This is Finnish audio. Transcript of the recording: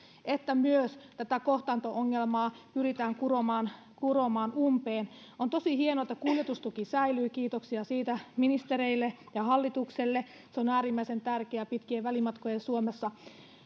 että myös kohtaanto ongelmaa pyritään kuromaan kuromaan umpeen on tosi hienoa että kuljetustuki säilyy kiitoksia siitä ministereille ja hallitukselle se on äärimmäisen tärkeää pitkien välimatkojen suomessa